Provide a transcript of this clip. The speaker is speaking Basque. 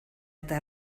eta